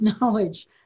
knowledge